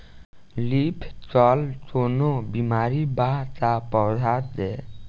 Leaf curl कौनो बीमारी बा का पौधा के?